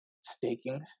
staking